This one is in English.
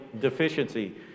deficiency